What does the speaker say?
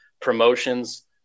promotions